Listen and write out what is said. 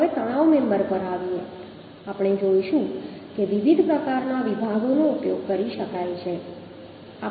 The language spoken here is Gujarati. હવે તણાવ મેમ્બર પર આવીએ છીએ આપણે જોઈશું કે વિવિધ પ્રકારના વિભાગનો ઉપયોગ કરી શકાય છે